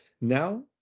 Now